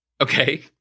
Okay